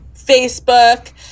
Facebook